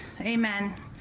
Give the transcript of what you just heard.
Amen